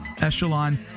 echelon